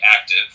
active